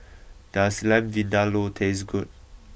does Lamb Vindaloo taste good